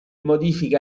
modifiche